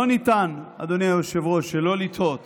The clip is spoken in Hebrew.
לא ניתן, אדוני היושב-ראש, שלא לתהות